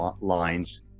lines